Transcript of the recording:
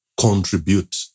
contribute